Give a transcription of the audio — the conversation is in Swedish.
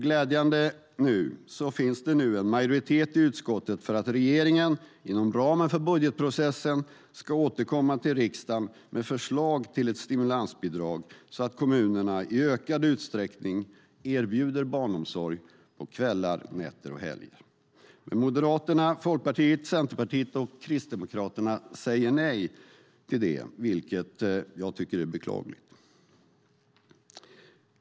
Glädjande finns det nu en majoritet i utskottet för att regeringen inom ramen för budgetprocessen ska återkomma till riksdagen med förslag till ett stimulansbidrag så att kommunerna i ökad utsträckning ska kunna erbjuda barnomsorg på kvällar, nätter och helger. Men Moderaterna, Folkpartiet, Centerpartiet och Kristdemokraterna säger nej till det, vilket jag tycker är beklagligt.